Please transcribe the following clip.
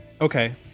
Okay